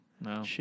No